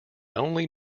only